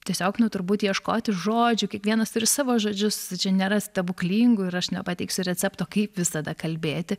tiesiog na turbūt ieškoti žodžių kiekvienas turi savo žodžius čia nėra stebuklingų ir aš nepateiksiu recepto kaip visada kalbėti